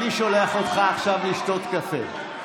אני שולח אותך עכשיו לשתות קפה.